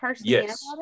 Yes